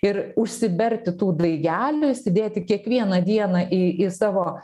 ir užsiberti tų daigelių įsidėti kiekvieną dieną į į savo